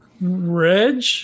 Reg